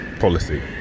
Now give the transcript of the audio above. Policy